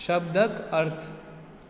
शब्दक अर्थ